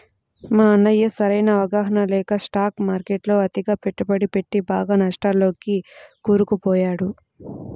మా అన్నయ్య సరైన అవగాహన లేక స్టాక్ మార్కెట్టులో అతిగా పెట్టుబడి పెట్టి బాగా నష్టాల్లోకి కూరుకుపోయాడు